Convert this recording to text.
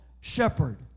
shepherd